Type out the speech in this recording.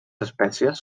espècies